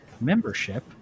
membership